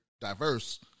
diverse